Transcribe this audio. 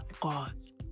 gods